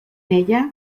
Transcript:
ella